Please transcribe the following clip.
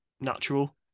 natural